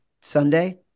Sunday